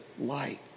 light